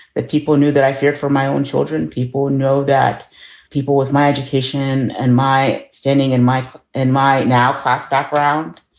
that people knew that i feared for my own children? people know that people with my education and my standing in my and my now class background